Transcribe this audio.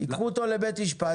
ייקחו אותו לבית משפט,